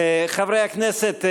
חברי הכנסת,